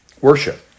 worship